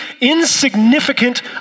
insignificant